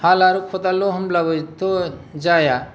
हाल आरो खदालल' होनब्लाबोथ' जाया